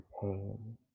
pain